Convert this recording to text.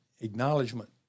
acknowledgement